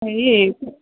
হেৰি